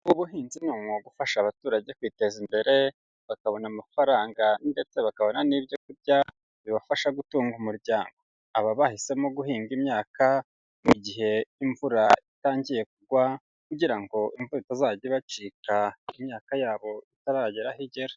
Ubuhinzi ni umwuga ufasha abaturage kwiteza imbere bakabona amafaranga ndetse bakabona n'ibyo kurya bibafasha gutunga umuryango, aba bahisemo guhinga imyaka mu gihe imvura itangiye kugwa kugira ngo imvura itazajya ibacika imyaka yabo itaragira aho igera.